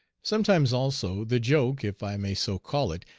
sometimes, also, the joke, if i may so call it,